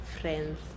friends